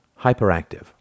hyperactive